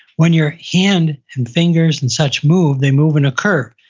when your hand and fingers and such move, they move in a curve,